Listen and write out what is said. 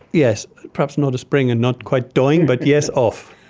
yes, perhaps not a spring and not quite doing, but yes, off.